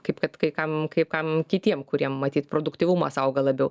kaip kad kai kam kaip kam kitiem kuriem matyt produktyvumas auga labiau